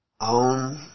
own